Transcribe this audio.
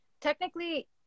technically